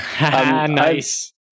Nice